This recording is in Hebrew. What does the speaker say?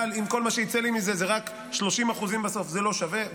אבל אם כל מה שיצא לי מזה זה רק 30% בסוף זה לא שווה,